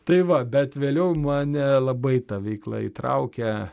tai va bet vėliau man labai ta veikla įtraukia